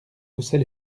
haussait